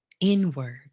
inward